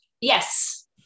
yes